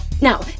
Now